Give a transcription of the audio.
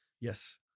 Yes